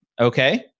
Okay